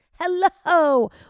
Hello